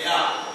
מליאה.